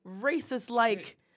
racist-like